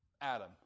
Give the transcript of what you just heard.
Adam